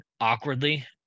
awkwardly